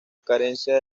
carencia